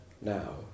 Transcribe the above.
now